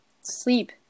Sleep